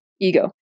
ego